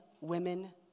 women